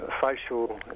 facial